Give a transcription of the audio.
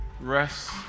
rest